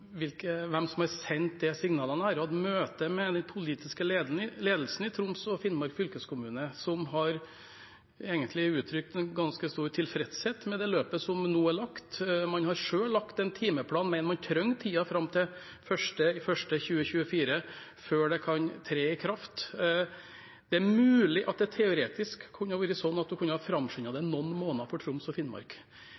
har hatt møte med den politiske ledelsen i Troms og Finnmark fylkeskommune, som egentlig har uttrykt ganske stor tilfredshet med det løpet som nå er lagt. Man har selv lagt en timeplan, men man trenger tiden fram til 1. januar 2024 før det kan tre i kraft. Det er mulig at man teoretisk kunne framskyndet det noen måneder for Troms og Finnmark, men jeg tror det hadde vært veldig lite hensiktsmessig å ha